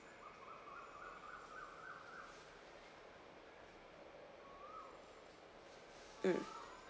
mm